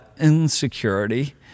insecurity